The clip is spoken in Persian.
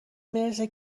میرسه